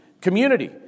community